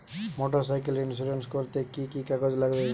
Motorcycle insurance করতে কি কি কাগজ লাগবে?